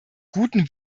guten